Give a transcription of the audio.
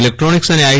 electronics અને I